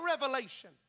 revelation